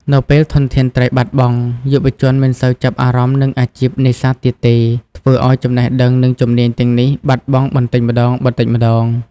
នៅពេលធនធានត្រីបាត់បង់ យុវជនមិនសូវចាប់អារម្មណ៍នឹងអាជីពនេសាទទៀតទេ ធ្វើឱ្យចំណេះដឹង និងជំនាញទាំងនេះបាត់បង់បន្តិចម្តងៗ។